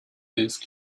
these